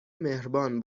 مهربان